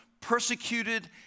persecuted